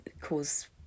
cause